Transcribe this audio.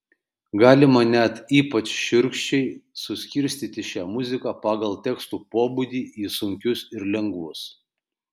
galima net ypač šiurkščiai suskirstyti šią muziką pagal tekstų pobūdį į sunkius ir lengvus